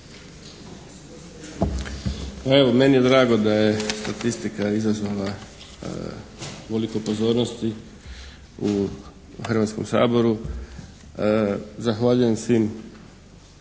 Evo meni je drago da je statistika izazvala ovoliko pozornosti u Hrvatskom saboru. Zahvaljujem svim